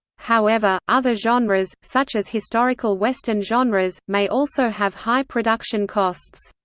however, other genres, such as historical western genres, may also have high production costs.